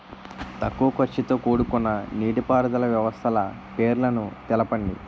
తక్కువ ఖర్చుతో కూడుకున్న నీటిపారుదల వ్యవస్థల పేర్లను తెలపండి?